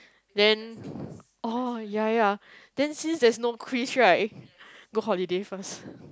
then oh ya ya then since there is no quiz right go holiday first